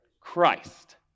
Christ